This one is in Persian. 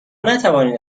نتوانید